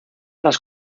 las